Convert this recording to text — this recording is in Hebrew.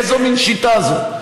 איזו מין שיטה זו,